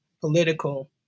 political